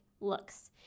looks